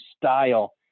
style